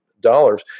dollars